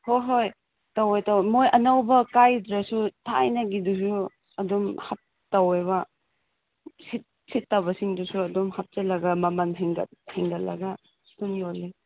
ꯍꯣꯏ ꯍꯣꯏ ꯇꯧꯋꯦ ꯇꯧꯋꯦ ꯃꯣꯏ ꯑꯅꯧꯕ ꯀꯥꯏꯗ꯭ꯔꯁꯨ ꯊꯥꯏꯅꯒꯤꯗꯨꯁꯨ ꯑꯗꯨꯝ ꯇꯧꯋꯦꯕ ꯁꯤꯠꯇꯕꯁꯤꯡꯗꯨꯁꯨ ꯑꯗꯨꯝ ꯍꯥꯞꯆꯤꯜꯂꯒ ꯃꯃꯟ ꯍꯦꯟꯒꯠꯂꯒ ꯑꯗꯨꯝ ꯌꯣꯜꯂꯦ